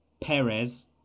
Perez